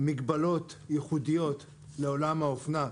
מגבלות ייחודיות לעולם האופנה,